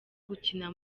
gukina